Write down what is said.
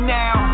now